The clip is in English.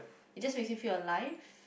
it's just basically feel alive